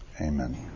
Amen